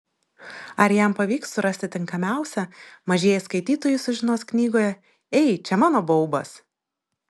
ar jam pavyks surasti tinkamiausią mažieji skaitytojai sužinos knygoje ei čia mano baubas